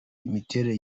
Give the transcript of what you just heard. imiterere